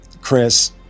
Chris